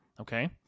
Okay